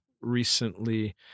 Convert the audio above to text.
recently